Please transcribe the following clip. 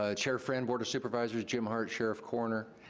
ah chair friend, board of supervisors, jim hart, sheriff-coroner,